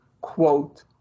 quote